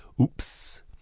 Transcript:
Oops